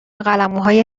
قلمموهای